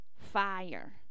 fire